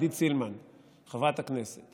חברת הכנסת